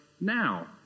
now